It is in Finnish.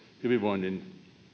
hyvinvoinnin